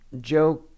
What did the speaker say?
Joe